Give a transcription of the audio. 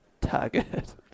Target